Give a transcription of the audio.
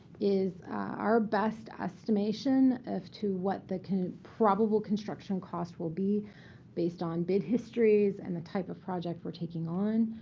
is our best estimation as to what the probable construction cost will be based on bid histories and the type of project we're taking on.